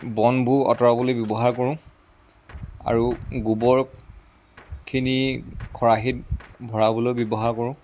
বনবোৰ আঁতৰাবলৈ ব্যৱহাৰ কৰোঁ আৰু গোবৰখিনি খৰাহিত ভৰাবলৈ ব্যৱহাৰ কৰোঁ